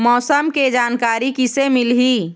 मौसम के जानकारी किसे मिलही?